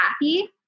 happy